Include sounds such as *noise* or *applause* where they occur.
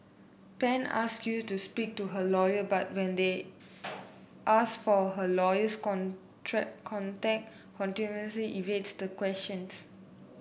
Pan ask Yew to speak to her lawyer but when they ask for her lawyer's *unintelligible* contact continuously evades the questions